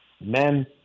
men